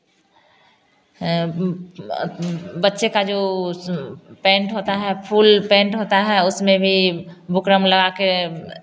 बच्चे का जो पैंट होता है फुल्ल पैंट होता है उसमें भी बुकरम लगा कर